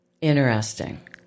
Interesting